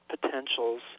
potentials